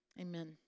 Amen